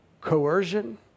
coercion